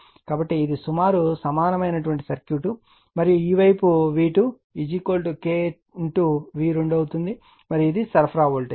కాబట్టి ఇది సుమారు సమానమైన సర్క్యూట్ మరియు ఈ వైపు వోల్టేజ్ V2 K V2 అవుతుంది మరియు ఇది సరఫరా వోల్టేజ్